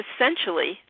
essentially